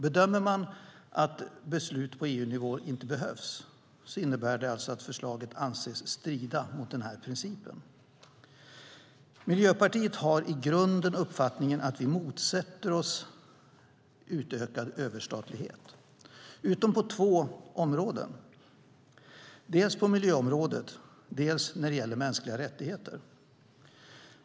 Bedömer man att beslut på EU-nivå inte behövs innebär det att förslaget anses strida mot den här principen. Miljöpartiet har i grunden uppfattningen att vi motsätter oss utökad överstatlighet utom på två områden, dels på miljöområdet, dels när det gäller mänskliga rättigheter.